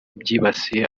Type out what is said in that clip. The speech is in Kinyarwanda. byibasiye